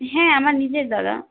হ্যাঁ আমার নিজের দাদা